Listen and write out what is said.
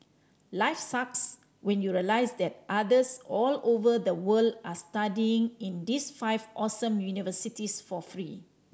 life sucks when you realise that others all over the world are studying in these five awesome universities for free